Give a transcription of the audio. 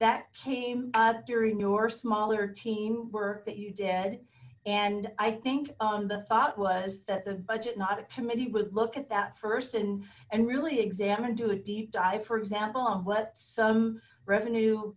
that came up during your smaller work that you did and i think the thought was that the budget not a committee would look at that first and and really examined do a deep dive for example i'm what some revenue